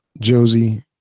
Josie